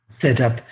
setup